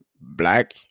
black